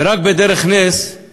ורק בדרך נס הם